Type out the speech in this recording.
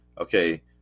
okay